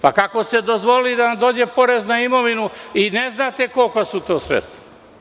Pa, kako ste dozvolili da nam dođe porez na imovinu i ne znate kolika su to sredstva.